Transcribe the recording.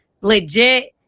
legit